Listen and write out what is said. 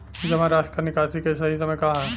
जमा राशि क निकासी के सही समय का ह?